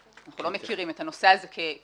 אנחנו לא מכירים את הנושא הזה כקושי.